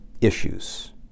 issues